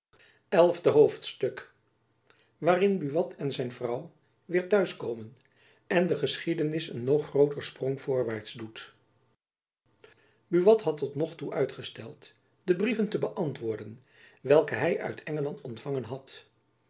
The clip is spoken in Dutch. negende hoofdstuk waarin buat en zijn vrouw weêr t'huis komen en de geschiedenis een nog grooter sprong voorwaarts doet buat had tot nog toe uitgesteld de brieven te beantwoorden welke hy uit engeland ontvangen had